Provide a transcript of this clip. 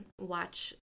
watch